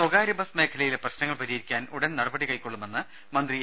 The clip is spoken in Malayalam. സ്വകാര്യ ബസ് മേഖലയിലെ പ്രശ്നങ്ങൾ പരിഹരിക്കാൻ ഉടൻ നട പടി കൈക്കൊള്ളുമെന്ന് മന്ത്രി എ